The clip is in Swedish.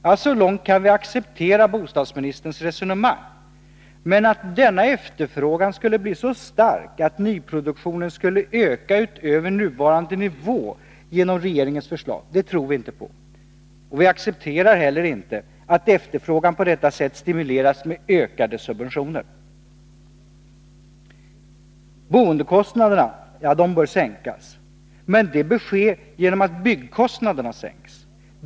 Ja, så långt kan vi acceptera bostadsministerns resonemang. Men att denna efterfrågan skulle bli så stark att nyproduktionen skulle öka utöver nuvarande nivå genom regeringens förslag, tror vi inte på. Vi accepterar heller inte att efterfrågan på detta sätt stimuleras med ökade subventioner. Boendekostnaderna bör sänkas. Men det bör ske genom att byggkostnaderna sänks.